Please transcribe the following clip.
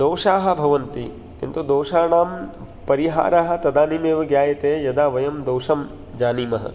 दोषाः भवन्ति किन्तु दोषाणां परिहाराः तदानीमेव ग्यायते यदा वयं दोषं जानीमः